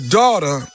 daughter